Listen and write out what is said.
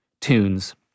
tunes